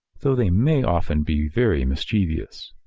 though they may often be very mischievous.